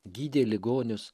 gydė ligonius